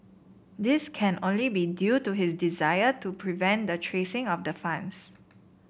this can only be due to his desire to prevent the tracing of the funds